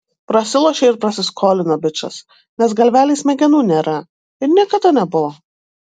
prasilošė ir prasiskolino bičas nes galvelėj smegenų nėra ir niekada nebuvo